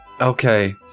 Okay